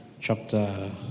chapter